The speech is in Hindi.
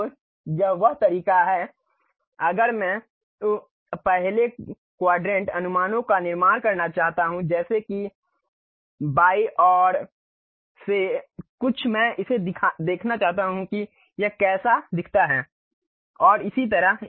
तो यह तरीका है अगर मैं उह पहले क्वाड्रेंट अनुमानों का निर्माण करना चाहता हूं जैसे कि बाईं ओर से कुछ मैं इसे देखना चाहता हूं कि यह कैसा दिखता है और इसी तरह